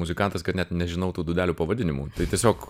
muzikantas kad net nežinau tų dūdelių pavadinimų tai tiesiog